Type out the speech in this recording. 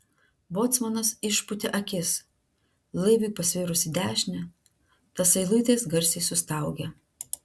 bocmanas išpūtė akis laivui pasvirus į dešinę tasai luitas garsiai sustaugė